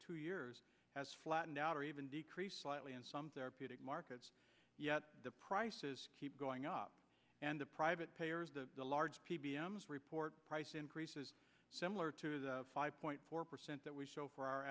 two years has flattened out or even decreased slightly in some therapeutic markets yet the prices keep going up and the private payers the large p b m's report price increases similar to the five point four percent that we show for our